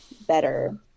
better